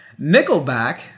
Nickelback